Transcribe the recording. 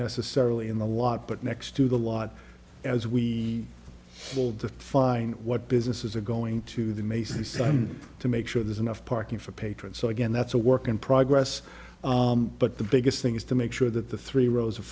necessarily in the lot but next to the lot as we will define what businesses are going to the macy's sun to make sure there's enough parking for patrons so again that's a work in progress but the biggest thing is to make sure that the three rows of